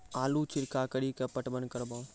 आलू छिरका कड़ी के पटवन करवा?